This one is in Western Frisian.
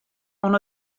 oan